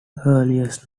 earliest